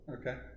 Okay